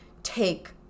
Take